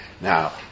now